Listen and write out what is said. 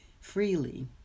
freely